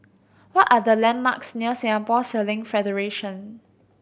what are the landmarks near Singapore Sailing Federation